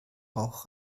bauch